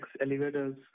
elevators